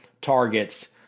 targets